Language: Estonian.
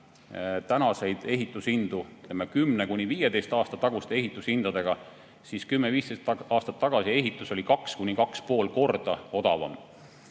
tänaseid ehitushindu 10–15 aasta taguste ehitushindadega, siis 10–15 aastat tagasi ehitus oli 2–2,5 korda odavam.